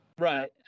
Right